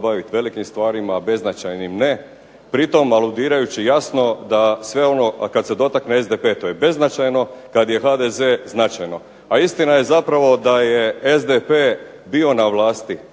baviti velikim stvarima, a beznačajnim ne, pritom aludirajući jasno da sve ono, a kad se dotakne SDP to je beznačajno, kad je HDZ značajno. A istina je zapravo da je SDP bio na vlasti